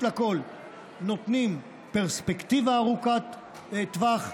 לכול נותנים פרספקטיבה ארוכת טווח,